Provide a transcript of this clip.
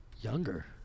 Younger